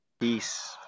Peace